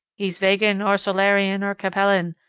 he's vegan or solarian or capellan,